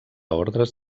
ordres